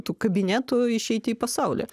tų kabinetų išeiti į pasaulį